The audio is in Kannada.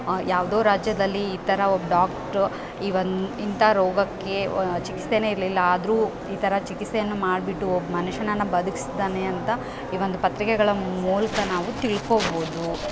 ಯಾವುದೋ ರಾಜ್ಯದಲ್ಲಿ ಈ ಥರ ಒಬ್ಬ ಡಾಕ್ಟ್ರು ಇವೊಂದು ಇಂಥ ರೋಗಕ್ಕೆ ಚಿಕಿತ್ಸೆನೇ ಇರಲಿಲ್ಲ ಆದರೂ ಈ ಥರ ಚಿಕಿತ್ಸೆಯನ್ನು ಮಾಡ್ಬಿಟ್ಟು ಒಬ್ಬ ಮನುಷ್ಯನನ್ನ ಬದುಕ್ಸ್ದಾನೆ ಅಂತ ಈ ಒಂದು ಪತ್ರಿಕೆಗಳ ಮೂಲಕ ನಾವು ತಿಳ್ಕೊಬೋದು